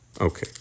Okay